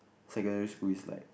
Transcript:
secondary school is like